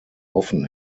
offen